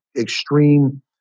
extreme